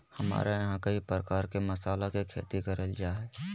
हमरा यहां कई प्रकार के मसाला के खेती करल जा रहल हई